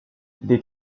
des